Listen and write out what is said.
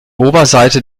oberseite